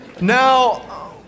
Now